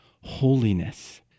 holiness